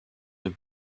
have